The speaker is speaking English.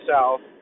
South